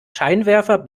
scheinwerfer